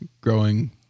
growing